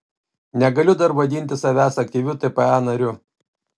negaliu dar vadinti savęs aktyviu tpa nariu